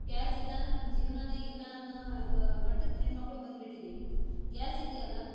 gas ಇಲ್ಲ ಅಂದ್ರೆ ನಮ್ಮ ಜೀವನನೆ ಇಲ್ಲ ಅನ್ನೊ ಮಟ್ಟಕ್ಕೆ ಹೆಣ್ಣುಮಕ್ಳು ಬಂದು ಬಿಟ್ಟಿದ್ದೀವಿ ಗ್ಯಾಸ್ ಇದೆಯಲ್ಲ